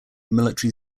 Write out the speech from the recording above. military